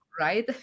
right